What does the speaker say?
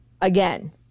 again